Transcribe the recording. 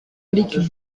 molécule